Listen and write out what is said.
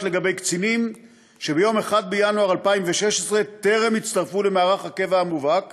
לגבי קצינים שביום 1 בינואר 2016 טרם הצטרפו למערך הקבע המובהק